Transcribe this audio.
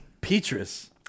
Petrus